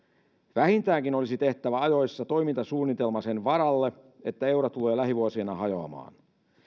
vähintäänkin olisi tehtävä ajoissa toimintasuunnitelma sen varalle että euro tulee lähivuosina hajoamaan